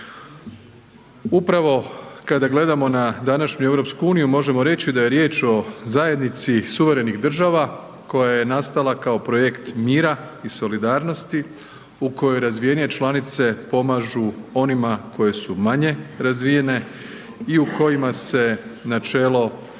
Upravo kada gledamo na današnju EU možemo reći da je riječ o zajednici suverenih država koja je nastala kao projekt mira i solidarnosti u kojoj razvijenije članice pomažu onima koje su manje razvijene i u kojima se načelo solidarnosti